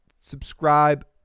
subscribe